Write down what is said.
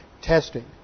testing